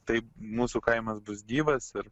taip mūsų kaimas bus gyvas ir